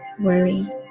Worry